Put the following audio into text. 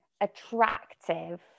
attractive